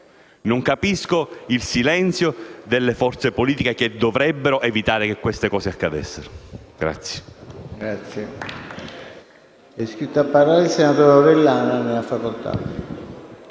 Non capisco invece il silenzio delle forze politiche che dovrebbero evitare che queste cose accadano.